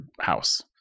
house